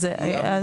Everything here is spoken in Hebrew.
יש לי תכנית,